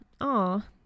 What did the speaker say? Aw